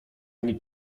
ani